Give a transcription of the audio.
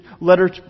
letter